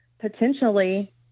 potentially